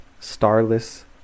starless